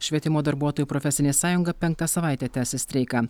švietimo darbuotojų profesinė sąjunga penktą savaitę tęsia streiką